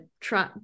try